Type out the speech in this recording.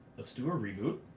let's do a reboot.